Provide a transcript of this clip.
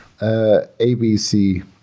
ABC